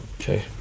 Okay